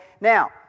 now